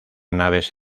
naves